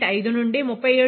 5 నుండి 37